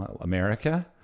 America